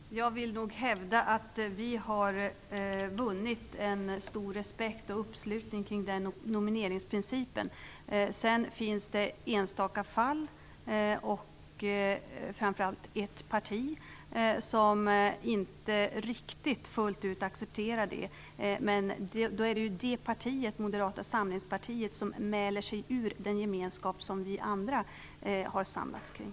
Herr talman! Jag vill nog hävda att vi har vunnit en stor respekt och uppslutning kring den nomineringsprincipen. Sedan finns enstaka undantag och framför allt ett parti som inte riktigt fullt ut accepterar denna princip, men då är det det partiet, Moderata samlingspartiet, som mäler sig ur den gemenskap som vi andra har samlats kring.